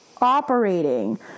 operating